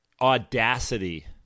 audacity